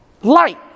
Light